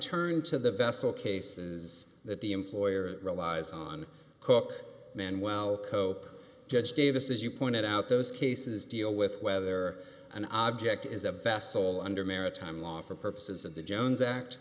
turn to the vessel cases that the employer relies on cook man well cope judge davis as you pointed out those cases deal with whether an object is a vessel under maritime law for purposes of the jones act